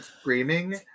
screaming